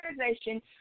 organization